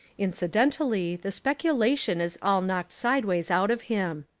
incidentally the speculation is all knocked sideways out of him.